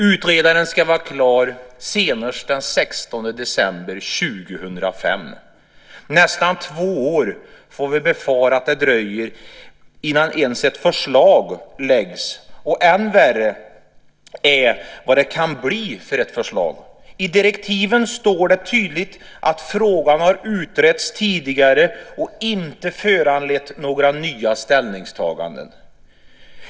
Utredaren ska vara klar senast den 16 december 2005. Nästan två år får vi befara att det dröjer innan ens ett förslag läggs fram. Än värre är vad det kan bli för ett förslag. I direktiven står det tydligt att frågan har utretts tidigare och inte föranlett några nya ställningstaganden.